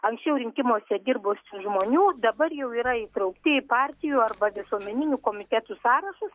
anksčiau rinkimuose dirbusių žmonių dabar jau yra įtraukti į partijų arba visuomeninių komitetų sąrašus